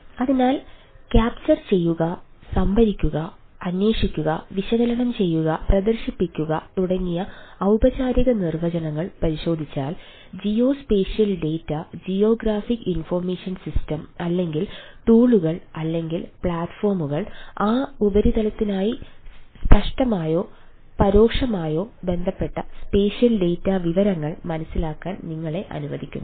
അതിനാൽ ക്യാപ്ചർ വിവരങ്ങൾ മനസ്സിലാക്കാൻ നിങ്ങളെ അനുവദിക്കുന്നു